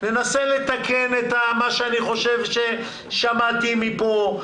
ננסה לתקן את מה שאני חושב ששמעתי פה,